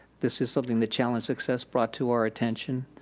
this is something that challenge success brought to our attention.